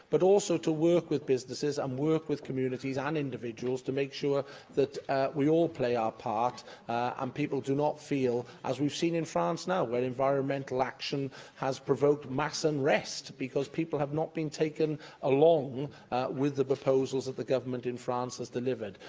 but also to work with businesses and um work with communities and individuals to make sure that we all play our part and um people do not feel as we've seen in france now, where environmental action has provoked mass unrest because people have not been taken along with the proposals that the government in france has delivered.